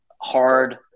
hard